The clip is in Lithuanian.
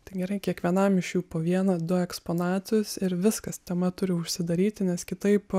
tai gerai kiekvienam iš jų po vieną du eksponatas ir viskas tema turi užsidaryti nes kitaip